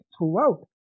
throughout